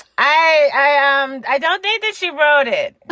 i, i ah um i don't need this. she wrote it, but